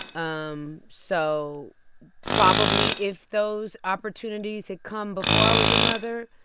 um so probably if those opportunities had come before i was a mother,